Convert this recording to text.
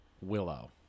Willow